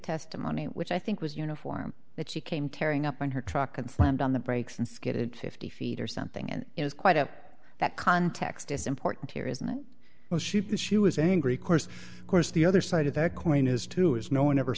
testimony which i think was uniform that she came tearing up on her truck and slammed on the brakes and skidded fifty feet or something and is quite upset that context is important here isn't it well she says she was angry course of course the other side of that coin is too is no one ever